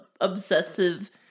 obsessive